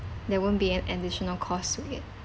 there won't be add~ additional cost to it